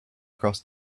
across